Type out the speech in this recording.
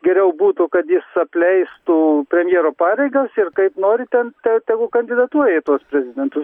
geriau būtų kad jis apleistų premjero pareigas ir kaip nori ten tegu kandidatuoja į tuos prezidentus